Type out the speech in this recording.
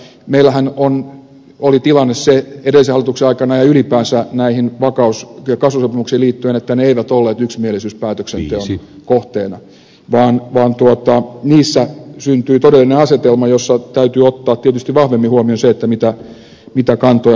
korkeaojan johdosta että meillähän oli se tilanne edellisen hallituksen aikana ja ylipäänsä näihin vakaus ja kasvusopimuksiin liittyen että ne eivät olleet yksimielisyyspäätöksenteon kohteena vaan niissä syntyi todellinen asetelma jossa täytyy ottaa tietysti vahvemmin huomioon se mitä kantoja muilla on